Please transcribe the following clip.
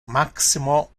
maximo